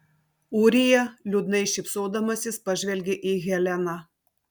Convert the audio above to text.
ūrija liūdnai šypsodamasis pažvelgė į heleną